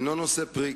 אינו נושא פרי,